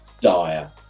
dire